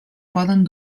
poden